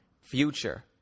future